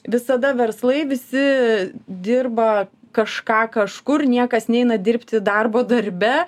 visada verslai visi dirba kažką kažkur niekas neina dirbti darbo darbe